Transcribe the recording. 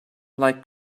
like